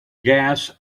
gas